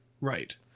Right